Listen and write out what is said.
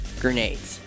grenades